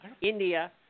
India